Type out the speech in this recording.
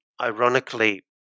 ironically